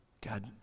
God